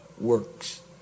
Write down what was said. works